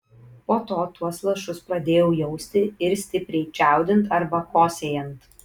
po to tuos lašus pradėjau jausti ir stipriai čiaudint arba kosėjant